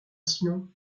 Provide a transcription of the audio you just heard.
sinon